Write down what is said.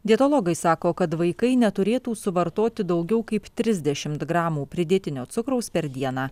dietologai sako kad vaikai neturėtų suvartoti daugiau kaip trisdešimt gramų pridėtinio cukraus per dieną